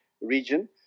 region